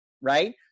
right